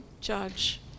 judge